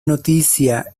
noticia